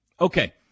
Okay